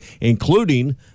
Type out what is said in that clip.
including